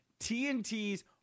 TNT's